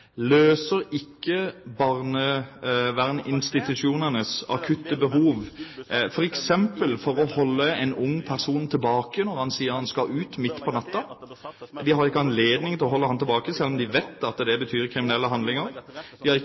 ikke løser barnevernsinstitusjonenes akutte behov for f.eks. å holde en ung person tilbake når han sier han skal ut midt på natta. De har ikke anledning til å holde ham tilbake, selv om de vet det betyr kriminelle handlinger. De har